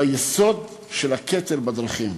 ביסוד של הקטל בדרכים,